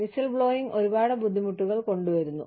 whistleblowing ഒരുപാട് ബുദ്ധിമുട്ടുകൾ കൊണ്ടുവരുന്നു